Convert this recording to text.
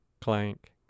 clank